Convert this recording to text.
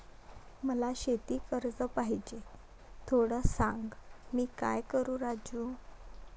मला शेती कर्ज पाहिजे, थोडं सांग, मी काय करू राजू?